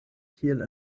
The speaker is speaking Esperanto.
kiel